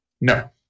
No